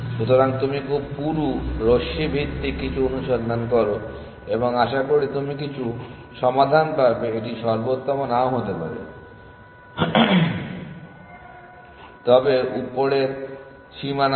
সুতরাং তুমি খুব পুরু রশ্মি ভিত্তিক কিছু অনুসন্ধান করো এবং আশা করি তুমি কিছু সমাধান পাবে এটি সর্বোত্তম নাও হতে পারে তবে এটি উপরের সীমানা দেবে